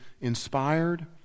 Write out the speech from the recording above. inspired